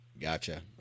Gotcha